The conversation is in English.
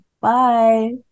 Bye